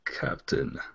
Captain